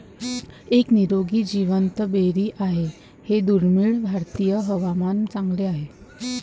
एक निरोगी जिवंत बेरी आहे हे दुर्मिळ भारतीय हवामान चांगले आहे